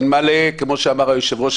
אלמלא כמו שאמר היושב-ראש,